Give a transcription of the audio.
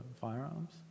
firearms